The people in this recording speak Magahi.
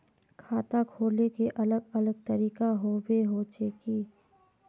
खाता खोले के अलग अलग तरीका होबे होचे की?